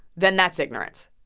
then that's ignorance.